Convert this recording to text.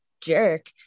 jerk